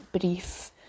brief